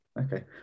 okay